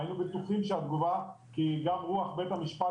והיינו בטוחים שהתגובה כי גם רוח בית המשפט